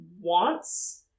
wants